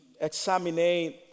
examine